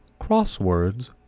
Crosswords